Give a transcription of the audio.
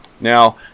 Now